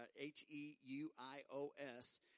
H-E-U-I-O-S